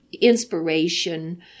inspiration